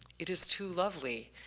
it is too lovely.